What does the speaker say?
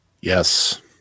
Yes